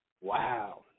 Wow